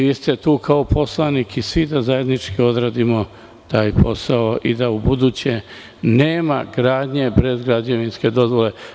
Vi ste tu kao poslanik i svi da zajednički odradimo taj posao i da ubuduće nema gradnje bez građevinske dozvole.